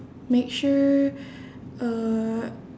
make sure uh